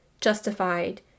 justified